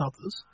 others